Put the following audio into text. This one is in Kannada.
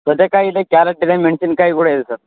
ತೊಂಡೆ ಕಾಯಿ ಇದೆ ಕ್ಯಾರೇಟ್ ಇದೆ ಮೆಣ್ಸಿನ್ಕಾಯಿ ಕೂಡ ಇದೆ ಸರ್